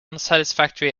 unsatisfactory